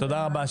תודה רבה.